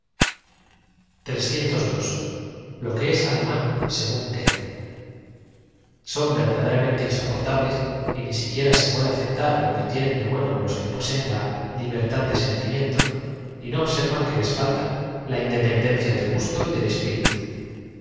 o que es alemán según goethe son verdaderamente insoportables y ni siquiera se puede aceptar lo que tienen de bueno los que poseen la libertad de sentimiento y no observan que les falta la independencia del gusto y del espiritu